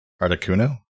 Articuno